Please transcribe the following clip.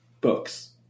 Books